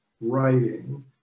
writing